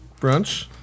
Brunch